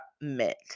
met